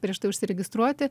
prieš tai užsiregistruoti